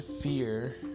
fear